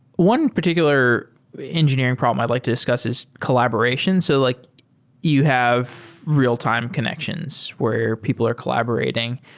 one particular the engineering problem i'd like discuss is collaboration. so like you have real-time connections where people are collaborating.